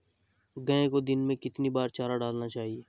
गाय को दिन में कितनी बार चारा डालना चाहिए?